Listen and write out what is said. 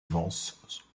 vance